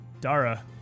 Dara